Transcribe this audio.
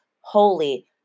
holy